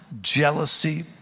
jealousy